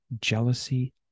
jealousy